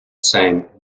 same